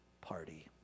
party